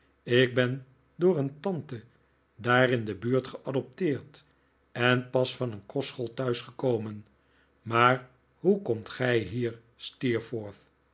ik ben door een tante daar in de buurt geadopteerd en pas van een kostschool thuis gekomen maar hoe komt gij hier